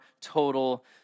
total